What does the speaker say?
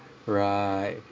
right